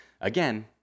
Again